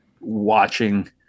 watching